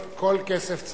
כל כסף צבוע,